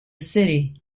city